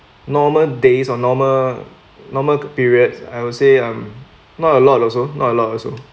normal days or normal normal periods I would say um not a lot also not a lot also